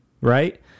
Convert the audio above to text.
right